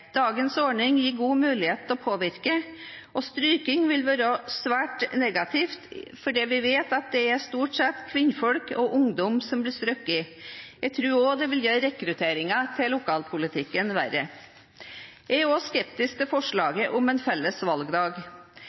Dagens ordning gir god mulighet til å påvirke, og stryking vil være svært negativt, fordi vi vet at det stort sett er kvinner og ungdom som blir strøket. Jeg tror også det vil gjøre rekrutteringen til lokalpolitikken vanskeligere. Jeg er også skeptisk til forslaget om en felles valgdag.